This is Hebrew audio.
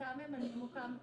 סתם ממנים אותן,